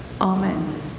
Amen